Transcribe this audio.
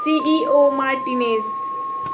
C E O martinez